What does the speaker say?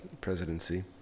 presidency